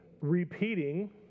repeating